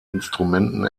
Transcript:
instrumenten